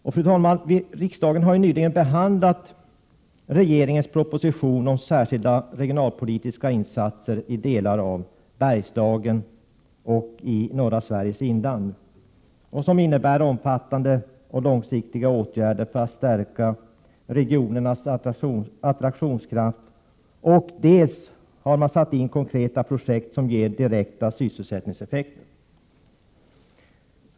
Fru talman! Riksdagen har ju nyligen behandlat regeringens proposition om särskilda regionalpolitiska insatser i delar av Bergslagen och norra Sveriges inland som innebär dels omfattande och långsiktiga åtgärder för att stärka regionernas attraktionskraft, dels konkreta projekt som ger direkta sysselsättningseffekter.